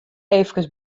efkes